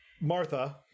Martha